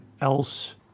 else